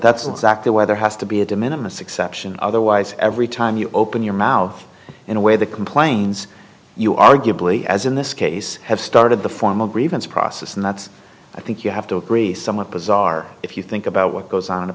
that's exactly where there has to be a de minimus exception otherwise every time you open your mouth in a way that complains you arguably as in this case have started the i'm a grievance process and that's i think you have to agree somewhat bizarre if you think about what goes on in a